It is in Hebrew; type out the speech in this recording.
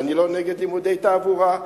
אני לא נגד לימודי תעבורה,